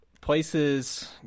places